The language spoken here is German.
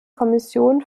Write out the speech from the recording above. kommission